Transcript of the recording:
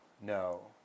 No